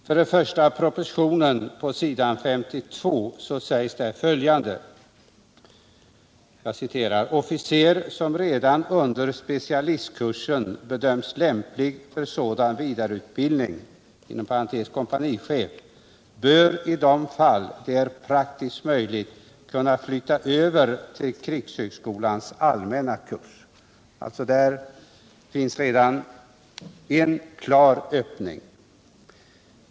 På s. 52 i propositionen sägs följande: ”Officer som redan under specialistkursen bedöms lämplig för sådan vidareutbildning bör i de fall det är praktiskt möjligt kunna flytta över till krigshögskolans allmänna kurs.” Där finns alltså redan en klar öppning.